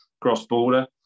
cross-border